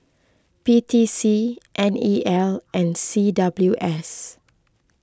P T C N E L and C W S